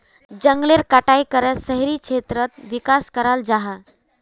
जनगलेर कटाई करे शहरी क्षेत्रेर विकास कराल जाहा